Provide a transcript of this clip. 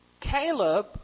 Caleb